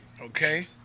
Okay